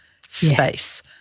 space